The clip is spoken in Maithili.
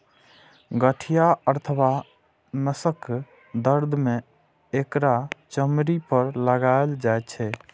गठिया अथवा नसक दर्द मे एकरा चमड़ी पर लगाएल जाइ छै